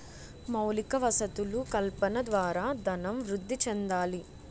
మౌలిక వసతులు కల్పన ద్వారా ధనం వృద్ధి చెందాలి